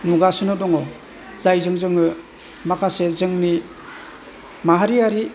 नुगासिनो दङ जायजों जोङो माखासे जोंनि माहारियारि